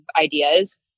ideas